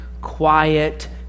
quiet